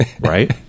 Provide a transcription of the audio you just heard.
right